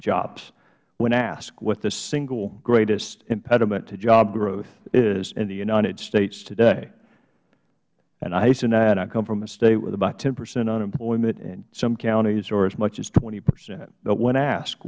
jobs when asked what the single greatest impediment to job growth is in the united states today and i hasten to add i come from a state with about ten percent unemployment and some counties are as much as twenty percent but when ask